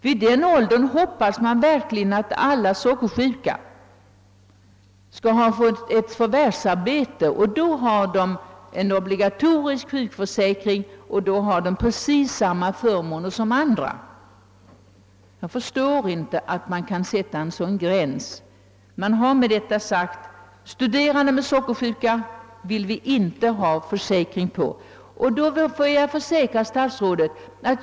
Vid den åldern hoppas man verkligen att alla sockersjuka har fått förvärvsarbete, och då har de obligatorisk sjukförsäkring med precis samma förmåner som andra. Jag förstår inte att man kan sätta en sådan gräns. Man har därmed sagt: Studerande med sockersjuka vill vi inte försäkra.